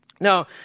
Now